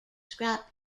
scrap